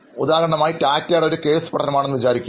ഉദാഹരണമായി ടാറ്റയുടെഒരു കേസ് പഠനം ആണെന്ന് വിചാരിക്കുക